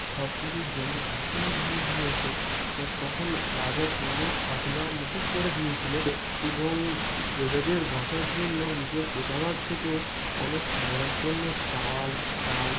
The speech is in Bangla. সব কিছু জমি ভাসিয়ে দিয়ে গিয়েছে এবার তখন রাজা পুরো খাজনা মকুব করে দিয়েছিল এবং প্রজাদের বাঁচার জন্য নিজের কোষাগার থেকেও অনেক খাওয়ার জন্য চাল ডাল